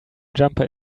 jumper